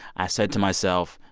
i said to myself,